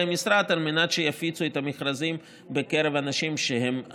המשרד על מנת שיפיצו את המכרזים בקרב אנשים שהם מכירים.